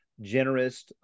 generous